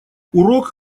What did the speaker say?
урок